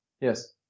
Yes